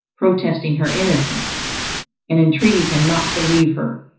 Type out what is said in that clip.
protesting her innocence and entreating him not to leave her.